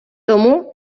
тому